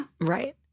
Right